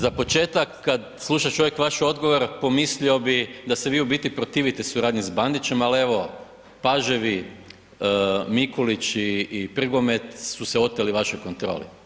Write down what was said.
Za početak kada sluša čovjek vaš odgovor pomislio bi da se vi u biti protivite suradnji s Bandićem, ali evo paževi Mikulić i Prgomet su se oteli vašoj kontroli.